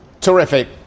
Terrific